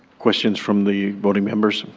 questions from the voting members?